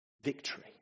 victory